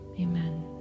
amen